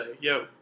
yo